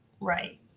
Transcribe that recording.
Right